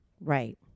Right